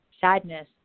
sadness